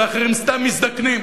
ואחרים סתם מזדקנים.